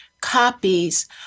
copies